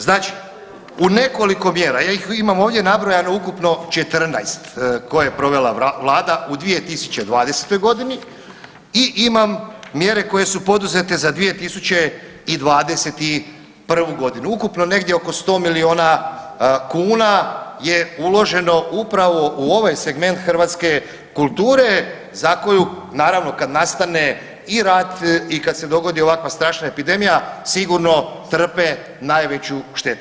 Znači u nekoliko mjera, ja ih imam ovdje nabrojano ukupno 14 koje je provela vlada u 2020.g. i imam mjere koje su poduzete za 2021.g., ukupno negdje oko 100 milijuna kuna je uloženo upravo u ovaj segment hrvatske kulture za koju naravno kad nastane i rat i kad se dogodi ovakva strašna epidemija sigurno trpe najveću štetu.